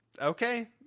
okay